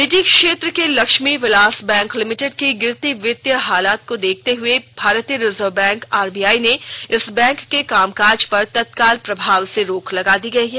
निजी क्षेत्र के लक्ष्मी विलास बैंक लिमिटेड की गिरती वित्तीय हालात को देखते हुए भारतीय रिजर्व बैंक आरबीआई ने इस बैंक के कामकाज पर तत्काल प्रभाव से रोक लगा दी है